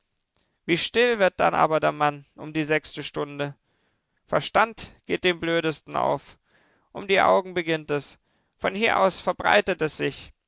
wie still wird dann aber der mann um die sechste stunde verstand geht dem blödesten auf um die augen beginnt es von hier aus verbreitet es sich